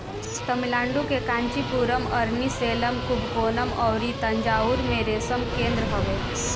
तमिलनाडु के कांचीपुरम, अरनी, सेलम, कुबकोणम अउरी तंजाउर में रेशम केंद्र हवे